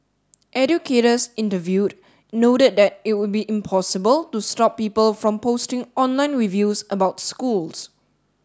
educators interviewed noted that it would be impossible to stop people from posting online reviews about schools